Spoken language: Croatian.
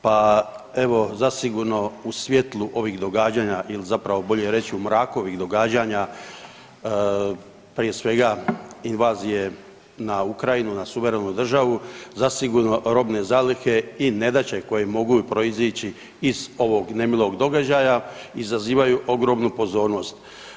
Pa evo zasigurno u svjetlu ovih događanja ili zapravo bolje reći u mraku ovih događanja, prije svega invazije na Ukrajinu na suverenu državu, zasigurno robne zalihe i nedaće koje mogu proizići iz ovog nemilog događaja izazivaju ogromnu pozornost.